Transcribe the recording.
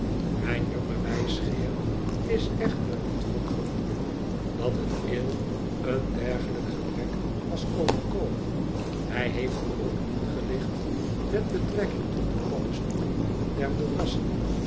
mijn jonge wijsgeer is echter niet van gevoelen dat het al e een dergelijk gebrek was overkomen hij heeft me ook ingelicht met betrekking tot de paddestoelen der moerassen